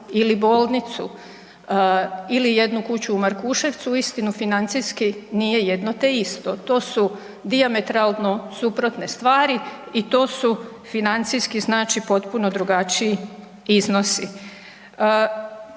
ili bolnicu ili jednu kuću u Markuševcu uistinu financijski nije jedno te isto. To su dijametralno suprotne stvari i to su financijski znači potpuno drugačiji iznosi.